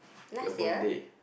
last year